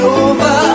over